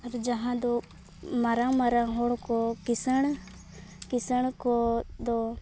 ᱟᱨ ᱡᱟᱦᱟᱸ ᱫᱚ ᱢᱟᱨᱟᱝ ᱢᱟᱨᱟᱝ ᱦᱚᱲ ᱠᱚ ᱠᱤᱥᱟᱹᱬ ᱠᱤᱥᱟᱹᱬ ᱠᱚᱫᱚ